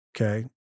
Okay